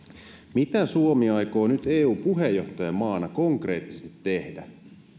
mitä suomi aikoo nyt eu puheenjohtajamaana konkreettisesti tehdä